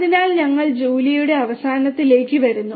അതിനാൽ ഞങ്ങൾ ജൂലിയയുടെ അവസാനത്തിലേക്ക് വരുന്നു